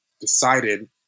decided